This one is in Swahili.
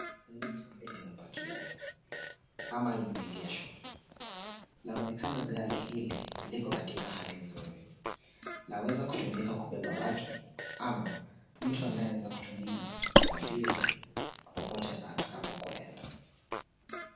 Gari jeupe limepakiwa ama limeegeshwa. Laonekana gari hili liko katika hali nzuri. Laweza kutumika kubeba watu ama mtu anaweza kutumia kusafiri popote atakapoenda.